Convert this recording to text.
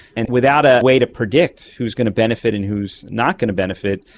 and without a way to predict who is going to benefit and who is not going to benefit,